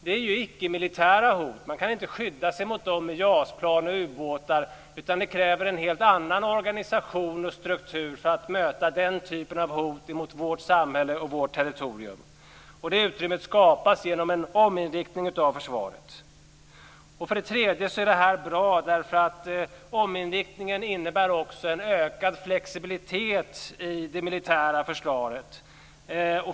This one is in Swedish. Det är icke-militära hot. Man kan inte skydda sig mot dem med JAS-plan och ubåtar. Det kräver en helt annan organisation och struktur för att möta den typen av hot mot vårt samhälle och vårt territorium. Det utrymmet skapas genom en ominriktning av försvaret. Det är också bra därför att ominriktningen innebär en ökad flexibilitet i det militära försvaret.